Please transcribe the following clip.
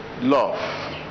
Love